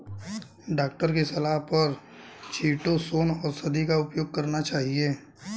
doctor की सलाह पर चीटोसोंन औषधि का उपयोग करना चाहिए